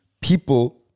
people